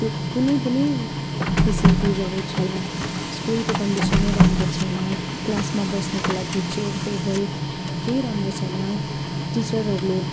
त्यो कुनै पनि फेसिलिटिजहरू छैन स्कुलको कन्डिसनै राम्रो छैन क्लासमा बस्नुको लागि चियर टेबल केही राम्रो छैन टिचरहरूले